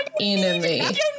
enemy